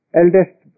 eldest